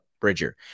Bridger